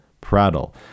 prattle